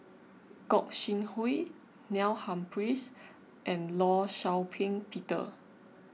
Gog Sing Hooi Neil Humphreys and Law Shau Ping Peter